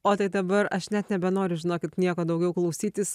o tai dabar aš net nebenoriu žinokit nieko daugiau klausytis